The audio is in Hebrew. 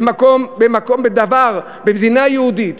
במקום, בדבר, במדינה יהודית,